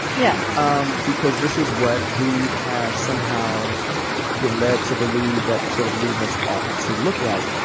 yeah um because this is what we have somehow been led to believe that sort of movements ought to look like.